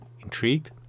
Intrigued